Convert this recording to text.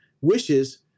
wishes